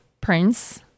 Prince